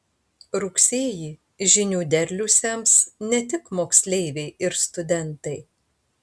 rugsėjį žinių derlių sems ne tik moksleiviai ir studentai